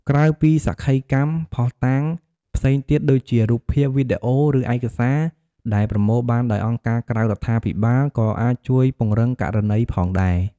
ក្រៅពីសក្ខីកម្ម ភស្តុតាងផ្សេងទៀតដូចជា រូបភាព វីដេអូ ឬឯកសារដែលប្រមូលបានដោយអង្គការក្រៅរដ្ឋាភិបាល ក៏អាចជួយពង្រឹងករណីផងដែរ។